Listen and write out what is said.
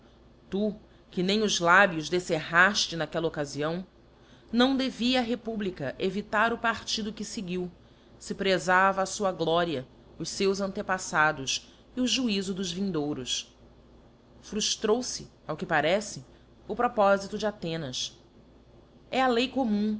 tu que nem os lábios defcerraíle naquella occafião não devia a republica evitar o partido que feguiu fe prefava a fua gloria os feus antepaffados e o juizo dos vindouros fruftrou fe ao que parece o propofito de athenas é a lei commum